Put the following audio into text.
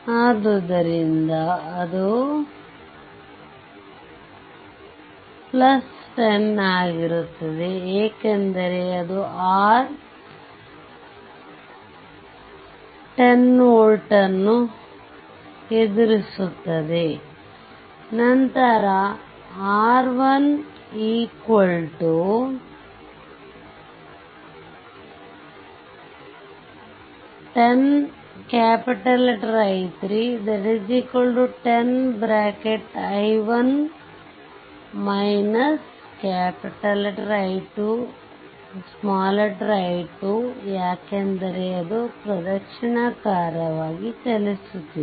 ಆದ್ದರಿಂದ ಅದು 10 ಆಗಿರುತ್ತದೆ ಏಕೆಂದರೆ ಅದು 10 ವೋಲ್ಟ್ ಅನ್ನು ಎದುರಿಸುತ್ತಿದೆ ನಂತರ R 1 10 I3 10 ಯಾಕೆಂದರೆಅದು ಪ್ರದಕ್ಷಿಣಾಕಾರವಾಗಿ ಚಲಿಸುತ್ತಿದೆ